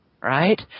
right